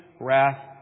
wrath